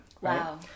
Wow